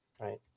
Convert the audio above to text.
right